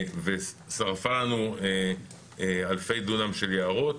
נשרפו לנו אלפי דונם של יערות.